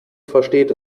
versteht